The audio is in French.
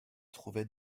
trouvait